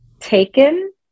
taken